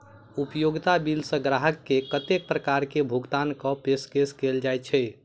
उपयोगिता बिल सऽ ग्राहक केँ कत्ते प्रकार केँ भुगतान कऽ पेशकश कैल जाय छै?